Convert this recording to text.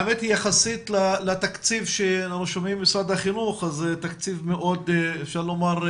יחסית לתקציב שאנחנו שומעים ממשרד החינוך זה תקציב שולי,